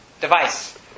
device